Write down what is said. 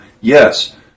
yes